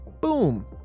boom